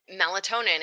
melatonin